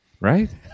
Right